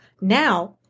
now